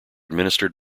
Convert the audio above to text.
administered